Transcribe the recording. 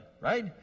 right